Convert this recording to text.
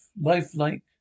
lifelike